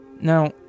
Now